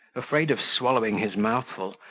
afraid of swallowing his mouthful,